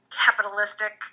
capitalistic